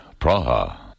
Praha